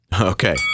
Okay